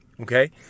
okay